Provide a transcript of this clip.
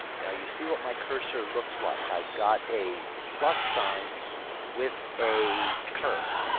yeah you see what my cursor looks like. i've got a plus sign with a curve.